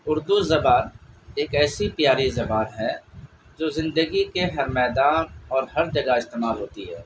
اردو زبان ایک ایسی پیاری زبان ہے جو زندگی کے ہر میدان اور ہر جگہ استعمال ہوتی ہے